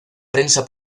prensa